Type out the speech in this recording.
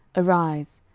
arise,